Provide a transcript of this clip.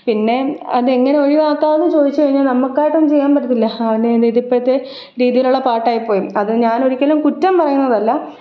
പിന്നെ അതെങ്ങനെ ഒഴിവാക്കാമെന്ന് ചോദിച്ചുകഴിഞ്ഞാല് നമുക്കായിട്ടൊന്നും ചെയ്യാന് പറ്റത്തില്ല അതിന് വേണ്ടീട്ട് ഇപ്പോഴത്തെ രീതിയിലുള്ള പാട്ടയിപ്പോയി അതിന് ഞാനൊരിക്കലും കുറ്റം പറയുന്നതല്ല